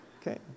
Okay